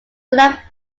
more